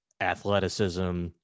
athleticism